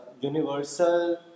universal